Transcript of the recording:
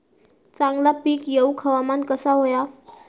चांगला पीक येऊक हवामान कसा होया?